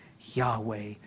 Yahweh